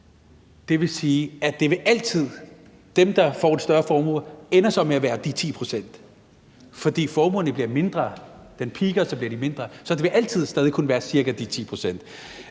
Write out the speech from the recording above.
vil være sådan, at dem, der får større formuer, så ender med at være de 10 pct., fordi formuen bliver mindre – den peaker, og så bliver den mindre. Så det vil altid stadig kun være de ca. 10 pct.